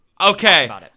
Okay